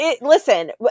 Listen